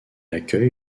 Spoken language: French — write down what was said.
accueille